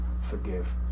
forgive